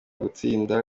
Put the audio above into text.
gutsinda